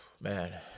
Man